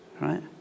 Right